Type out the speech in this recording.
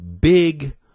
big